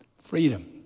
freedom